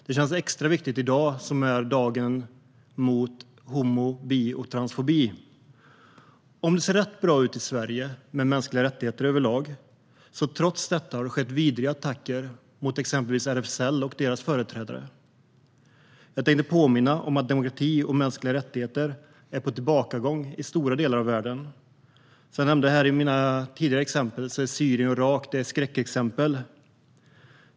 Det känns extra viktigt i dag då det är dagen mot homo, bi och transfobi. Även om det ser rätt bra ut i Sverige med mänskliga rättigheter överlag har det förekommit vidriga attacker mot exempelvis RFSL och dess företrädare. Jag tänkte påminna om att demokrati och mänskliga rättigheter är på tillbakagång i stora delar av världen. Som jag nämnde tidigare är Syrien och Irak skräckexempel.